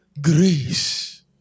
grace